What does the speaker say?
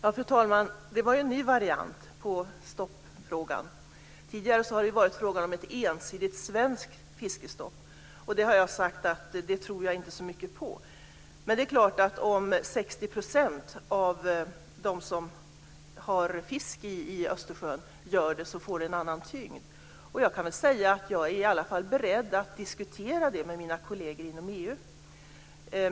Fru talman! Det var en ny variant på stoppfrågan. Tidigare har det varit fråga om ett ensidigt svenskt fiskestopp, och det har jag sagt att jag inte tror så mycket på. Men det är klart: Om 60 % av dem som har fiske i Östersjön gör det får det en annan tyngd. Jag kan säga att jag i alla fall är beredd att diskutera det med mina kolleger inom EU.